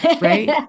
Right